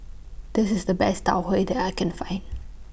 This IS The Best Tau Huay that I Can Find